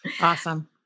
Awesome